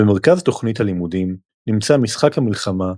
במרכז תוכנית הלימודים נמצא משחק המלחמה,